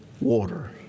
water